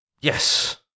Yes